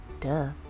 Duh